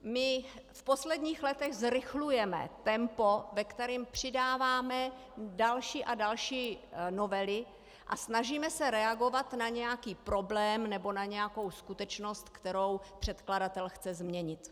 My v posledních letech zrychlujeme tempo, ve kterém přidáváme další a další novely a snažíme se reagovat na nějaký problém nebo na nějakou skutečnost, kterou předkladatel chce změnit.